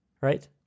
right